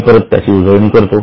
मी परत त्याची उजळणी करतो